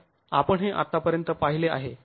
तर आपण हे आतापर्यंत पाहिले आहे